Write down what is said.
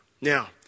Now